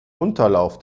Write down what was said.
unterlauf